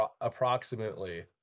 approximately